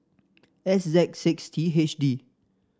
X Z six T H D